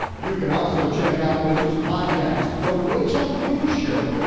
you can also check out rachel's podcast, the rachel cruze show,